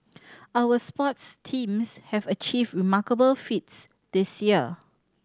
our sports teams have achieved remarkable feats this year